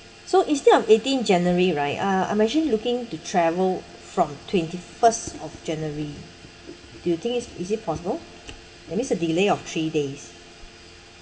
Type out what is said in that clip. so instead of eighteen january right uh I'm actually looking to travel from twenty first of january do you think it's is it possible that means a delay of three days